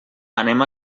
anem